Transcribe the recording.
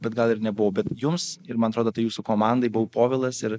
bet gal ir nebuvau bet jums ir man atrodo tai jūsų komandai buvau povilas ir